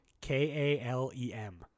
K-A-L-E-M